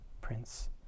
Prince